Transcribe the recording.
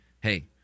hey